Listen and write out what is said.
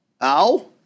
Ow